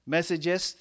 Messages